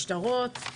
משטרות,